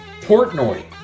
Portnoy